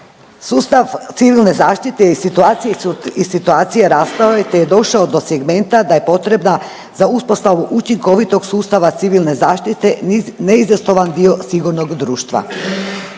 Sustav civilne zaštite, iz situacije, iz situacije rasprave, te je došao do segmenta da je potrebna za uspostavu učinkovitog sustava civilne zaštite neizostavan dio sigurnog društva.